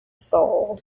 soul